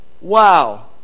Wow